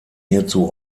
hierzu